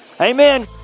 amen